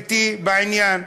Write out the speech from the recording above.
בעניין: